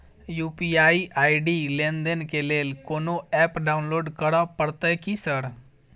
UPI ID लेनदेन केँ लेल कोनो ऐप डाउनलोड करऽ पड़तय की सर?